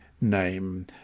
name